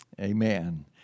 Amen